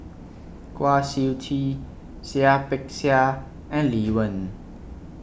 Kwa Siew Tee Seah Peck Seah and Lee Wen